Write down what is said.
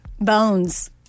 Bones